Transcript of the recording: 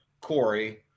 Corey